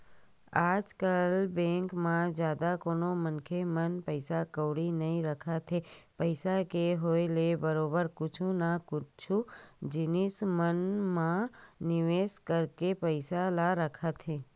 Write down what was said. आजकल बेंक म जादा कोनो मनखे मन पइसा कउड़ी नइ रखत हे पइसा के होय ले बरोबर कुछु न कुछु जिनिस मन म निवेस करके पइसा ल रखत हे